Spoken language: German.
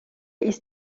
ist